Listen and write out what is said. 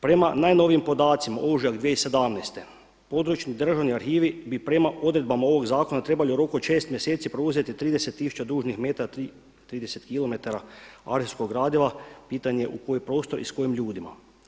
Prema najnovijim podacima ožujak 2017. područni državni arhivi bi prema odredbama ovog zakona trebali u roku od šest mjeseci preuzeti 30 tisuća dužnih metara 30km arhivskog gradiva, pitanje je u koji prostor i s kojim ljudima?